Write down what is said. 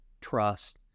trust